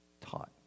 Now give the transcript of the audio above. taught